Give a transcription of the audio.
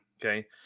Okay